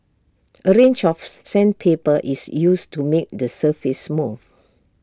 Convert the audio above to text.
A range of sandpaper is used to make the surface smooth